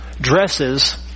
dresses